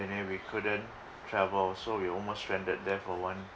and then we couldn't travel so we almost stranded there for one